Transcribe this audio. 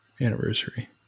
anniversary